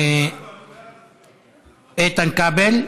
איתן כבל.